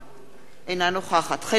אינה נוכחת חנין זועבי,